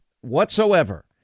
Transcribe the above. whatsoever